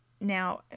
now